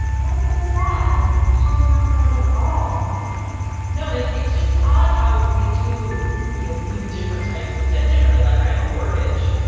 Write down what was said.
that is so sad. she has not failed at all no and one. it's just odd how we do you know view different types of debt differently. like i have a mortgage,